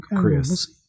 Chris